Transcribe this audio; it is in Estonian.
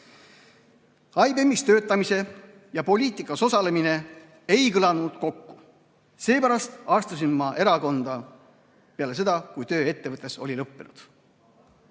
"IBM-is töötamine ja poliitikas osalemine ei kõlanud kokku. Seepärast astusin ma erakonda peale seda, kui töö ettevõttes oli lõppenud."